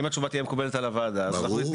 אם התשובה תהיה מקובלת על הוועדה אז אנחנו נתקדם.